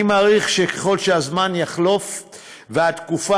אני מעריך שככל שהזמן יחלוף והתקופה